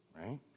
right